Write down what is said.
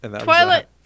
Twilight